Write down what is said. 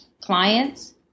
clients